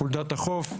חולדת החוף,